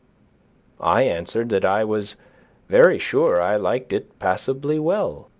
i answered that i was very sure i liked it passably well